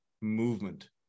movement